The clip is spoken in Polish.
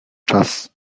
czas